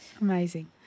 Amazing